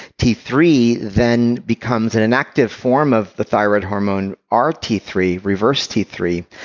t three then becomes an inactive form of the thyroid hormone r t three, reverse t three.